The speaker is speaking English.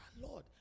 Lord